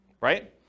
Right